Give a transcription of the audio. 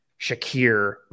Shakir